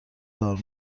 کار